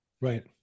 right